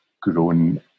grown